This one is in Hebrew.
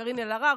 קארין אלהרר,